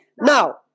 now